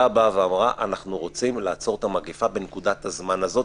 אמרה אנחנו רוצים לעצור את המגפה בנקודת הזמן הזאת,